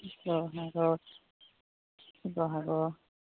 শিৱসাগৰত শিৱসাগৰ